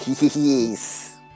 Yes